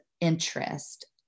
interest